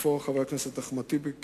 איפה חבר הכנסת אחמד טיבי?